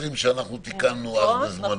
בפרמטרים שתיקנו בזמנו?